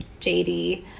JD